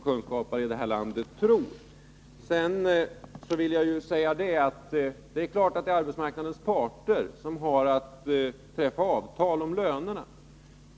Jag vill också säga: Det är klart att det är arbetsmarknadens parter som har att träffa avtal om lönerna.